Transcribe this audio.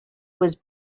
was